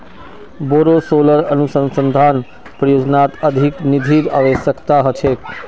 बोरो सोलर अनुसंधान परियोजनात अधिक निधिर अवश्यकता ह छेक